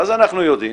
ואז אנחנו יודעים,